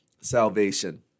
salvation